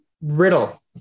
Riddle